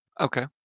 Okay